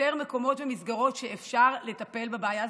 יותר מקומות ומסגרות שאפשר לטפל בבעיה הזאת,